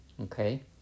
Okay